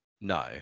no